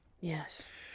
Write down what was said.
Yes